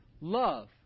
Love